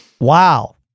Wow